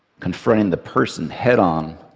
confronting the person head-on